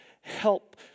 help